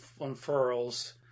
unfurls